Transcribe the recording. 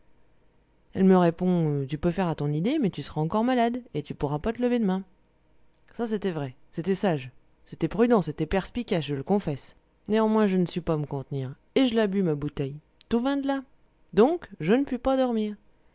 elle me répond tu peux faire à ton idée mais tu s'ras encore malade et tu ne pourras pas te lever demain ça c'était vrai c'était sage c'était prudent c'était perspicace je le confesse néanmoins je ne sus pas me contenir et je la bus ma bouteille tout vint de là donc je ne pus pas dormir